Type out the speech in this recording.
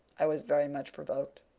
i was very much provoked.